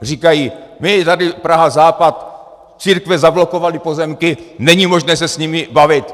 Říkají, my tady, Prahazápad, církve zablokovaly pozemky, není možné se s nimi bavit.